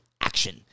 action